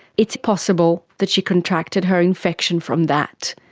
it's possible that she contracted her infection from that.